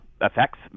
effects